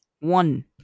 One